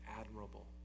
admirable